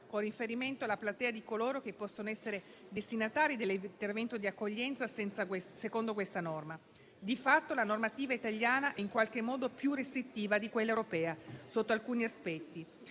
con riferimento alla platea di coloro che possono essere destinatari dell'intervento di accoglienza secondo questa norma. Di fatto, la normativa italiana è in qualche modo più restrittiva di quella europea sotto alcuni aspetti.